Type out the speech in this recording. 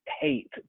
hate